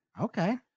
Okay